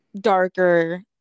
darker